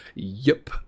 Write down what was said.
Yep